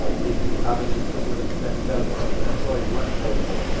ah the avenues that would have been available to him as an employee weren't available,